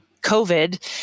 COVID